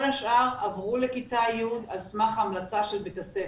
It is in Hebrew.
כל השאר הופנו לכיתה י' על סמך המלצה של בית הספר.